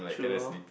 true loh